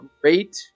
great